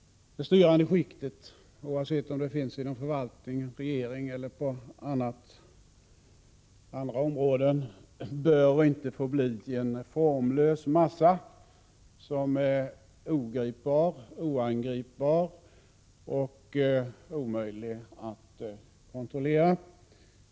Det styrande skiktet, oavsett om det finns inom förvaltningen, i regeringen eller inom andra områden, bör inte få bli en formlös massa, som är oangripbar och omöjlig att kontrollera.